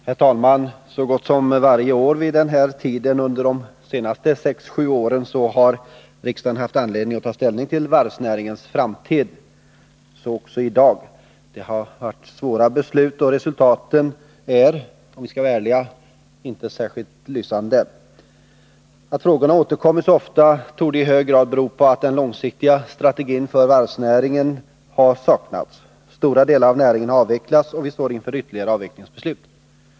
Herr talman! Så gott som varje år vid den här tiden under de senaste sex sju åren har riksdagen haft anledning att ta ställning till varvsnäringens framtid. Så också i dag. Det har varit svåra beslut, och resultaten är, om vi skall vara ärliga, inte särskilt lysande. Att frågorna återkommit så ofta torde i hög grad bero på att den långsiktiga strategin för varvsnäringen har saknats. Stora delar av näringen har avvecklats, och vi står inför ytterligare avvecklingsbeslut.